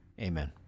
Amen